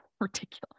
Ridiculous